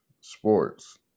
sports